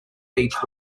beach